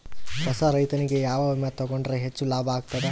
ಹೊಸಾ ರೈತನಿಗೆ ಯಾವ ವಿಮಾ ತೊಗೊಂಡರ ಹೆಚ್ಚು ಲಾಭ ಆಗತದ?